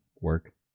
work